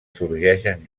sorgeixen